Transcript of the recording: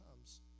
comes